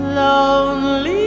lonely